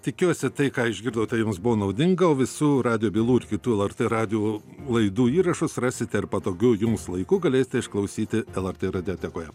tikiuosi tai ką išgirdote jums buvo naudinga o visų radijo bylų ir kitų lrt radijo laidų įrašus rasite ir patogiu jums laiku galėsite išklausyti lrt radiotekoje